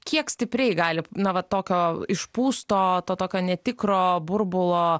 kiek stipriai gali na va tokio išpūsto to tokio netikro burbulo